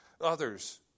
others